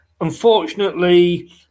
Unfortunately